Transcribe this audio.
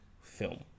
film